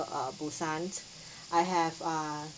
uh busan I have err